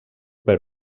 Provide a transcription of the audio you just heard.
per